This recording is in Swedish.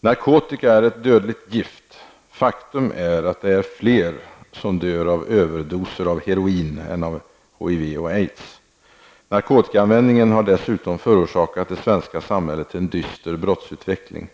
Narkotika är ett dödligt gift. Faktum är att det är fler som dör av överdoser av heroin än av HIV och aids. Narkotikaanvändningen har dessutom förorsakat det svenska samhället en dyster brottsutveckling.